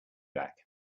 back